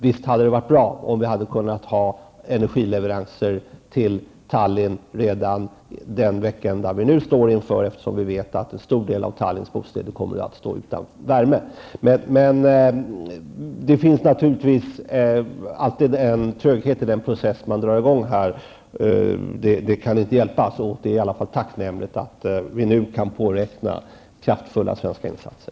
Visst hade det varit bra om vi hade kunnat ordna energileveranser till Tallinn redan till den veckända som vi nu står inför, eftersom vi vet att en stor del av Tallinns bostäder kommer att stå utan värme. Men det finns naturligtvis alltid en tröghet i den process man drar i gång. Det kan inte hjälpas. Det är i alla fall tacknämligt att vi nu kan påräkna kraftfulla svenska insatser.